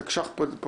תקנות לשעת חירום